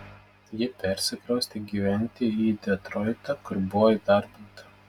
ji persikraustė gyventi į detroitą kur buvo įdarbinta